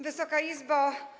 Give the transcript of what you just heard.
Wysoka Izbo!